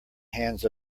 hands